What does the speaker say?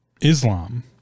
Islam